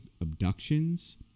abductions